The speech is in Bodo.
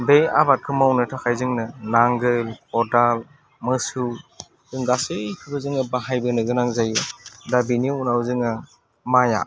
बे आबादखौ मावनो थाखाय जोंनो नांगोल खदाल मोसौ जों गासैखौबो जोङो बाहायबोनो गोनां जायो दा बिनि उनाव जोङो माया